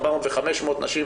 400 ו-500 נשים,